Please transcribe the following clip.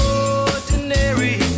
ordinary